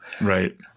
Right